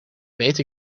weet